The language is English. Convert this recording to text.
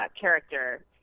character